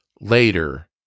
later